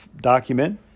document